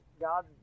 God